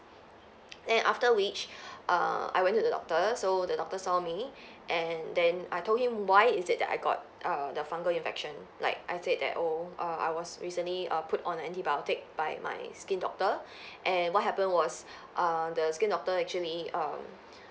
then after which err I went to the doctor so the doctor saw me and then I told him why is it that I got err the fungal infection like I said that oh err I was recently err put on antibiotic by my skin doctor and what happened was err the skin doctor actually um